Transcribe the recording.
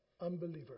unbeliever